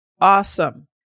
awesome